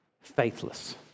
faithless